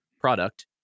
product